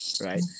right